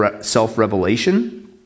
self-revelation